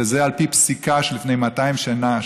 וזה על פי פסיקה מלפני 200 שנה,